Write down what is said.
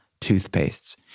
toothpastes